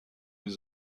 les